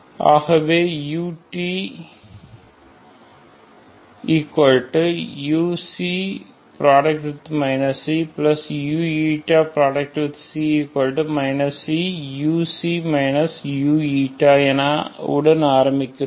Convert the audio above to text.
ஆகவே ut ஆகவே utu cuc c உடன் ஆரம்பிக்கிறோம்